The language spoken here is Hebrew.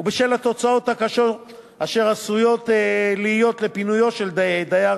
ובשל התוצאות הקשות אשר עשויות להיות לפינויו של דייר